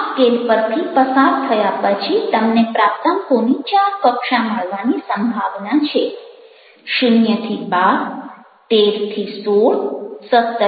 આ સ્કેલ પરથી પસાર થયા પછી તમને પ્રાપ્તાંકોની ચાર કક્ષા મળવાની સંભાવના છે 0 12 13 16 17 19 20 21